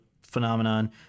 phenomenon